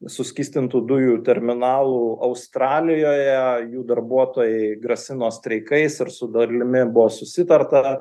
suskystintų dujų terminalų australijoje jų darbuotojai grasino streikais ir su darlimi buvo susitarta